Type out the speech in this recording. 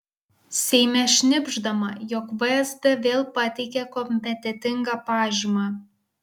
seime šnibždama jog vsd vėl pateikė kompetentingą pažymą